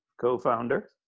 co-founder